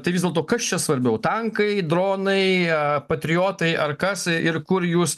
tai vis dėlto kas čia svarbiau tankai dronai patriotai ar kas ir kur jūs